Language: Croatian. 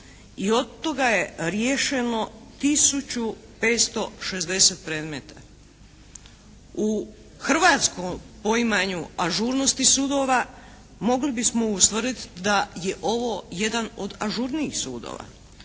i od toga je riješeno tisuću 560 predmeta. U hrvatskom poimanju ažurnosti sudova mogli bismo ustvrditi da je ovo jedan od ažurnijih sudova.